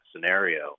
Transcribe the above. scenario